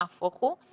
נהפוך הוא.